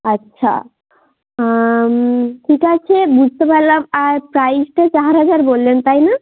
আচ্ছা ঠিক আছে বুঝতে পারলাম আর প্রাইসটা চার হাজার বললেন তাই না